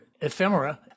ephemera